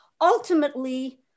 Ultimately